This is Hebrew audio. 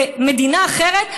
למדינה אחרת,